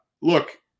Look